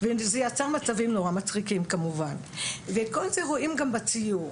וזה יצר מצבים נורא מצחיקים כמובן ואת כל זה רואים גם בציור,